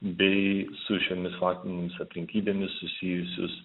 bei su šiomis faktinėmis aplinkybėmis susijusius